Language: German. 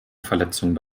verletzungen